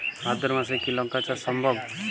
ভাদ্র মাসে কি লঙ্কা চাষ সম্ভব?